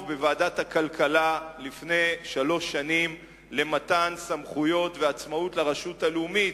בוועדת הכלכלה למתן סמכויות ועצמאות לרשות הלאומית,